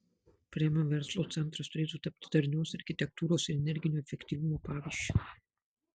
premium verslo centras turėtų tapti darnios architektūros ir energinio efektyvumo pavyzdžiu